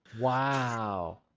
Wow